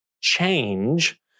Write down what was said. change